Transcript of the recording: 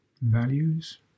values